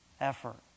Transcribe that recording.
effort